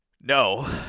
no